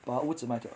把屋子卖掉